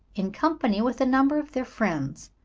in company with a number of their friends.